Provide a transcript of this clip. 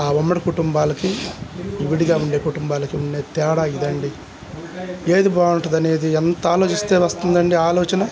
ఆ ఉమ్మడి కుటుంబాలకి విడిగా ఉండే కుటుంబాలకి ఉండే తేడా ఇదండి ఏది బాగుంటుంది ఎంత ఆలోచిస్తే వస్తుందండి ఆలోచన